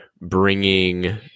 bringing